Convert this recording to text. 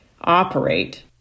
operate